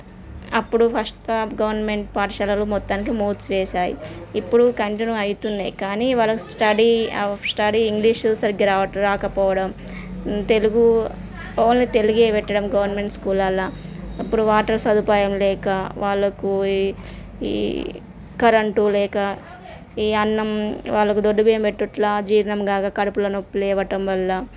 అప్పుడు first of government పాఠశాలలు మొత్తానికి మూసివేశాయి ఇప్పుడు కంటిన్యూ అవుతున్నాయి కానీ వాళ్ళకు స్టడీ ఆఫ్ స్టడీ ఇంగ్లీషు సరిగ్గా రాకపోవడం తెలుగు ఓన్లీ తెలుగే పెట్టడం గవర్నమెంట్ స్కూల్ అలా ఇప్పుడు వాటర్ సదుపాయం లేక వాళ్ళకు ఈ ఈ కరెంటు లేక ఈ అన్నం వాళ్ళకు దొడ్డు బియ్యం పెట్టుట్లా జీర్ణం కాక కడుపులో నొప్పి లేవటం వల్ల